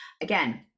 again